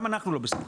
גם אנחנו לא בסדר,